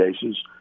cases